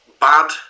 bad